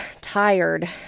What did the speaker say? tired